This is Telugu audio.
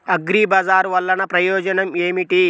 అగ్రిబజార్ వల్లన ప్రయోజనం ఏమిటీ?